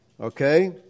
Okay